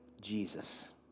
Jesus